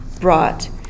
brought